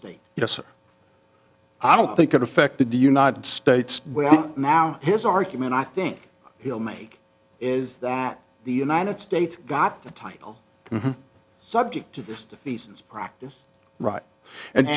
estate yes i don't think it affected the united states now his argument i think he'll make is that the united states got the title subject to this thesis practice right and